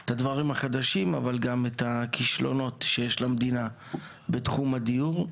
את הדברים החדשים אבל גם את הכישלונות שיש למדינה בתחום הדיור.